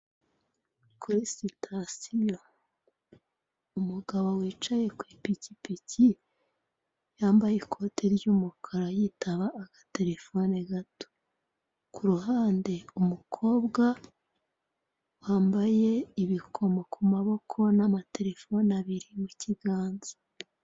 Kuri sitasiyo. Umugabo wicaye ku ipikipiki yambaye ikote ry'umukara yitaba agaterefone gato. Kuruhande umukobwa wambaye ibikomo ku maboko n'amaterefone abiri mu kiganza